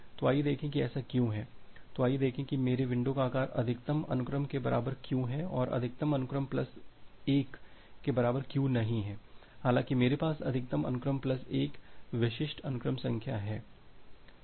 तो आइए देखें कि ऐसा क्यों है तो आइए देखें कि मेरे विंडो का आकार अधिकतम अनुक्रम के बराबर क्यों है और अधिकतम अनुक्रम प्लस 1 के बराबर क्यों नहीं है हालांकि मेरे पास अधिकतम अनुक्रम प्लस 1 विशिष्ट अनुक्रम संख्या है